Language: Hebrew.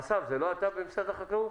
אסף, זה לא אתה במשרד החקלאות?